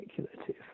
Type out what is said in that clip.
speculative